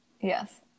Yes